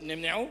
נמנעו.